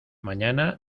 mañana